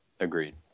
Agreed